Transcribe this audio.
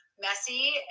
messy